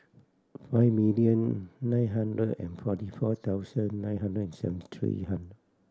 five million nine hundred and forty four thousand nine hundred and seventy three